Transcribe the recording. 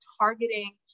targeting